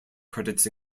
credits